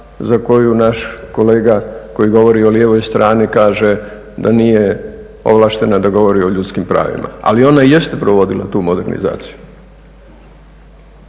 za koju naš kolega koji govori o lijevoj strani kaže da nije ovlaštena da govori o ljudskim pravima. Ali ona jeste provodila tu modernizaciju